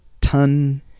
ton